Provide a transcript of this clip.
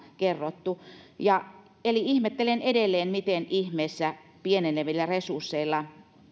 kerrottu ihmettelen edelleen miten ihmeessä pienenevillä resursseilla